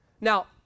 Now